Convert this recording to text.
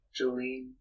Jolene